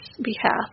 behalf